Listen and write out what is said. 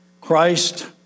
Christ